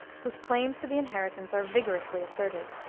whose claims to the inheritance are vigorously asserted.